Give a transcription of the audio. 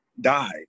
died